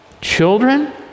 children